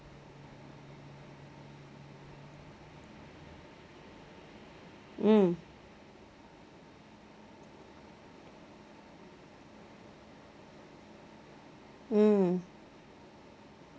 mm mm